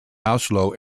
oslo